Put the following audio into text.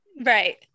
Right